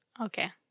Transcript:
Okay